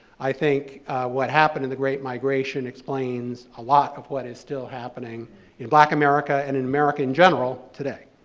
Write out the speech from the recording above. i think what happened in the great migration explains a lot of what is still happening in black america and in america in general today.